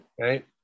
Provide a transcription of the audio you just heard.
right